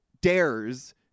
dares